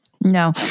No